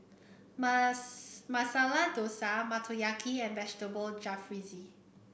Masala Dosa Motoyaki and Vegetable Jalfrezi